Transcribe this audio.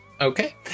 Okay